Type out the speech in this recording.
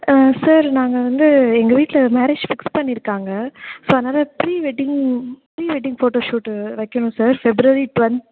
sir நாங்கள் வந்து எங்கள் வீட்டில் மேரேஜ் ஃபிக்ஸ் பண்ணியிருக்காங்க ஸோ அதனால ப்ரீவெட்டிங் ப்ரீவெட்டிங் ஃபோட்டோ ஷூட் வைக்கணும் சார் ஃபெப்ரவரி டுவென்